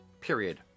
period